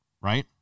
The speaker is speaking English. Right